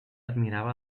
admirava